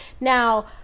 Now